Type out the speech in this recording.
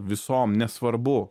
visom nesvarbu